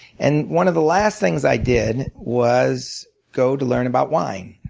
and one of the last things i did was go to learn about wine.